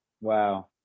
Wow